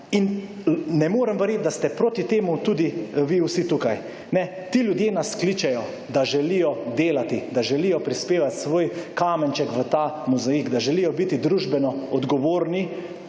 in ne morem verjeti, da ste proti temu tudi vi vsi tukaj. Ne, ti ljudje nas kličejo, da želijo delati, da želijo prispevati svoj kamenček v ta mozaik, da želijo biti družbeno odgovorni,